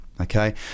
okay